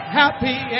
happy